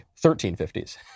1350s